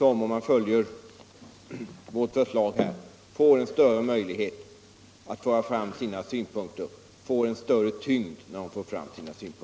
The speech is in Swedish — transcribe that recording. Om riksdagen följer vårt förslag, får dessa människor möjlighet att föra fram sina synpunkter med större tyngd.